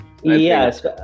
Yes